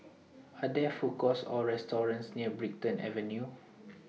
Are There Food Courts Or restaurants near Brighton Avenue